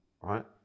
right